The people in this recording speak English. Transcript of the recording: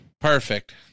Perfect